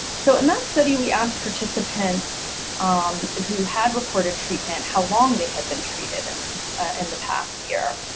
so in that study we asked participants um who had reported treatment how long they had been treated and in the past year,